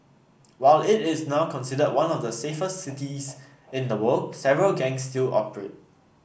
while it is now considered one of the safest cities in the world several gangs still operate